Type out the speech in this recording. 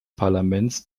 parlaments